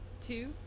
two